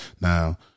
Now